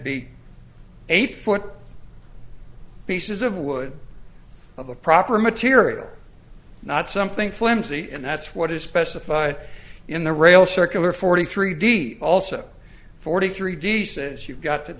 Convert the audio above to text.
be eight foot pieces of wood of a proper material not something flimsy and that's what is specified in the rail circular forty three d also forty three d says you've got that